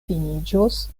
finiĝos